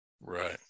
Right